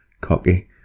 cocky